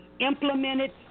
implemented